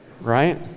right